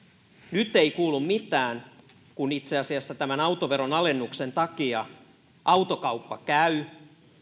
nyt ei kuulu mitään kun itse asiassa tämän autoveron alennuksen takia autokauppa käy